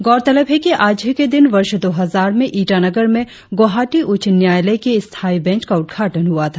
गौरतलब है कि आज ही के दिन वर्ष दो हजार में ईटानगर में गौहाटी उच्च न्यायालय की स्थायी बैंच का उद्घाटन हुआ था